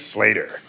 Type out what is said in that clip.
Slater